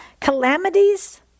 calamities